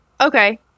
Okay